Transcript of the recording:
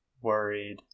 worried